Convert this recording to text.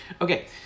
Okay